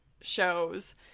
shows